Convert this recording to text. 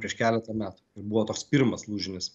prieš keletą metų ir buvo toks pirmas lūžinis